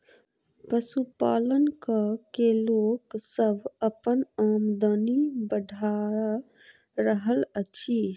पशुपालन क के लोक सभ अपन आमदनी बढ़ा रहल अछि